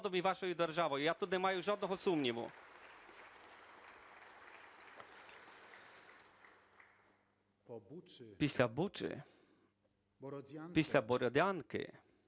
Після Бучі, після Бородянки,